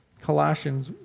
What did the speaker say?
Colossians